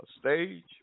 stage